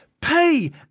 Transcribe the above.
Pay